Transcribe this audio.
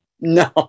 No